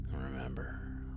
remember